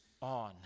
on